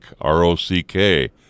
R-O-C-K